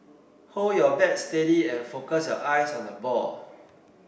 hold your bat steady and focus your eyes on the ball